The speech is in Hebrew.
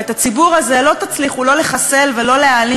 ואת הציבור הזה לא תצליחו לא לחסל ולא להעלים,